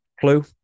Clue